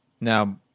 Now